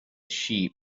sheep